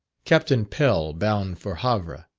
captain pell, bound for havre.